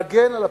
להגן על הפרט,